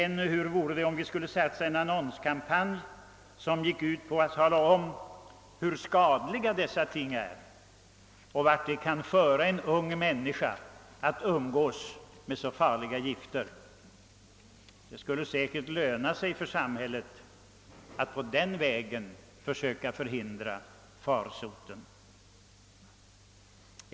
Hur vore det om vi skulle satsa på en annonskampanj som gick ut på att tala om hur skadliga dessa ting är och vart det kan föra en ung människa att umgås med så farliga gifter. Det skulle säkert löna sig för samhället att på den vägen försöka förhindra farsoten.